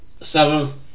seventh